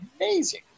amazing